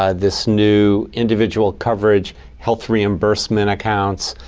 ah this new individual coverage health reimbursement accounts.